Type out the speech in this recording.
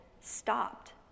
stopped